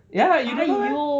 ya you don't know meh